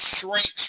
shrinks